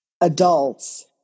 adults